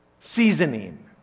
seasoning